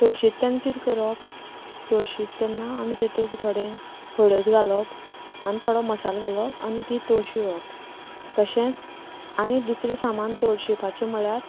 तळशीत तेन्ना कितें करप तळशीत तेन्ना आमी तेतूंक थोडे हळद घालप आनी थोडो मसालो घालप आनी ती तळशीवप तशेंच आनी दुसरें सामान तळशीपाचे म्हळ्यार